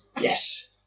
yes